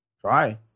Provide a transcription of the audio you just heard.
try